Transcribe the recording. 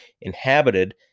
inhabited